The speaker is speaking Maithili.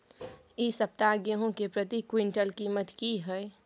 इ सप्ताह गेहूं के प्रति क्विंटल कीमत की हय?